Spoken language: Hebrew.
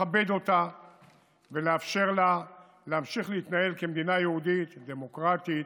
לכבד אותה ולאפשר לה להמשיך להתנהל כמדינה יהודית ודמוקרטית